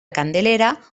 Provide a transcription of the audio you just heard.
candelera